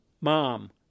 mom